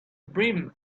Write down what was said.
brim